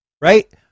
right